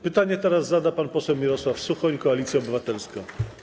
Pytanie teraz zada pan poseł Mirosław Suchoń, Koalicja Obywatelska.